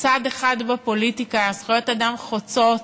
צד אחד בפוליטיקה, זכויות אדם חוצות